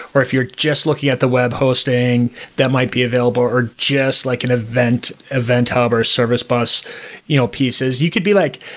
or if you're just looking at the web hosting that might be available or just like an event event hub or service bus you know pieces, you could like,